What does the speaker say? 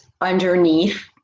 underneath